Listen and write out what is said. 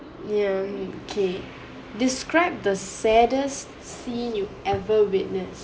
yeah kay describe the saddest scene you ever witness